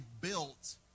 built